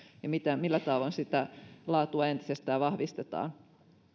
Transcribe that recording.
ja millä tavoin sitä laatua entisestään vahvistetaan